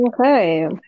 Okay